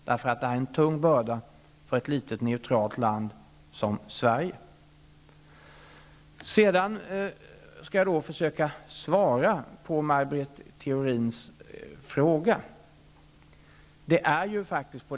Det här är en tung börda för ett litet neutralt land som Sverige. Jag skall försöka svara på Maj Britt Theorins fråga.